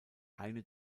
eine